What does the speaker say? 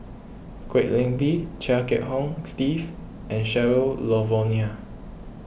Kwek Leng Beng Chia Kiah Hong Steve and Cheryl Noronha